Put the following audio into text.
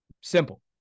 Simple